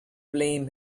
blame